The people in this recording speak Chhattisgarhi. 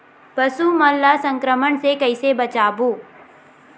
पशु मन ला संक्रमण से कइसे बचाबो?